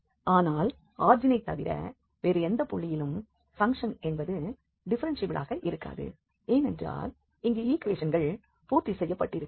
ஆனால் ஆரிஜினைத் தவிர வேறு எந்த புள்ளியிலும் பங்க்ஷன் என்பது டிஃப்ஃபெரென்ஷியபிளாக இருக்காது ஏனென்றால் இங்கே ஈக்குவேஷன்கள் பூர்த்தி செய்யப்பட்டிருக்காது